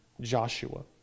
Joshua